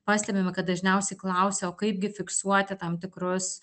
pastebime kad dažniausiai klausia o kaipgi fiksuoti tam tikrus